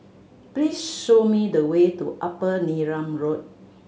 please show me the way to Upper Neram Road